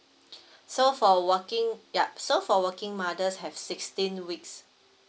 so for a working yup so for working mothers have sixteen weeks